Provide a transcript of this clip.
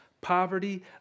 poverty